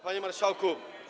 Panie Marszałku!